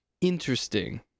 Interesting